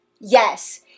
yes